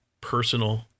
personal